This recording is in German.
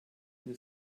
den